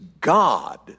God